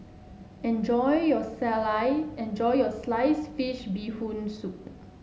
enjoy you enjoy your slice fish Bee Hoon Soup